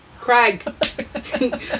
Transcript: Craig